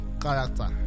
Character